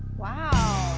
wow.